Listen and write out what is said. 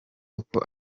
uko